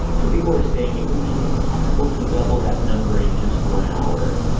so people were saying it would be impossible to double that number in just one hour.